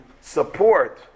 support